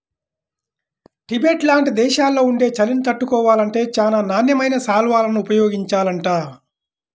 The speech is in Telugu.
టిబెట్ లాంటి దేశాల్లో ఉండే చలిని తట్టుకోవాలంటే చానా నాణ్యమైన శాల్వాలను ఉపయోగించాలంట